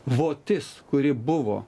votis kuri buvo